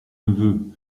neveu